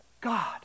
God